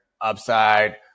upside